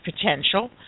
potential